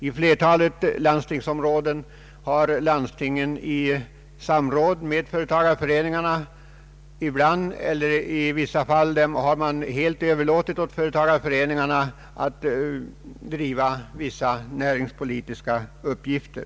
I flertalet landstingsområden har landstingen i samråd med företagareföreningarna överlåtit vissa näringspolitiska uppgifter.